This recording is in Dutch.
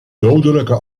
dodelijke